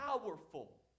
powerful